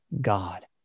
God